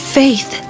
faith